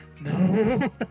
No